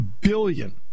billion